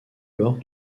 lors